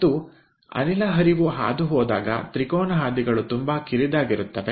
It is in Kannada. ಮತ್ತು ಅನಿಲದ ಹರಿವು ಹಾದುಹೋದಾಗ ತ್ರಿಕೋನ ಹಾದಿಗಳು ತುಂಬಾ ಕಿರಿದಾಗಿರುತ್ತವೆ